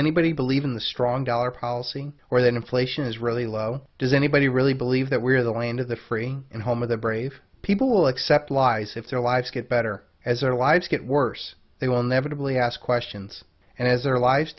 anybody believe in the strong dollar policy or that inflation is really low does anybody really believe that we are the land of the free and home of the brave people will accept lies if their lives get better as their lives get worse they will inevitably ask questions and as their lives